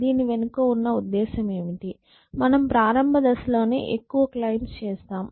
దీని వెనుక ఉన్న ఉద్దేశ్యం ఏమిటంటే మనం ప్రారంభ దశలోనే ఎక్కువ క్లైమ్బ్ చేస్తాం